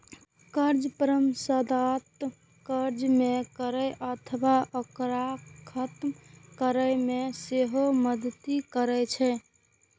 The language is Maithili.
कर्ज परामर्शदाता ऋण कम करै अथवा ओकरा खत्म करै मे सेहो मदति करै छै